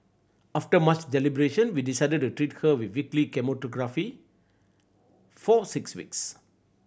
after much deliberation we decided to treat her with weekly chemotherapy for six weeks